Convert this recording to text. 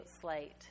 slate